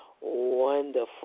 wonderful